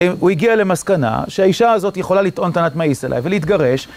הוא הגיע למסקנה שהאישה הזאת יכולה לטעון טענת "מאיס עלי" ולהתגרש